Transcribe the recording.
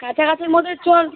কাছাকাছির মধ্যে চল